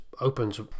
opens